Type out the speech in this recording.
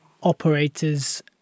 operators